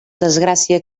desgràcia